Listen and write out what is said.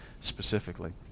specifically